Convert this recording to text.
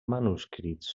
manuscrits